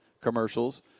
commercials